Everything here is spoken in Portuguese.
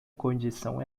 condição